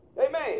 Amen